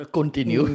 Continue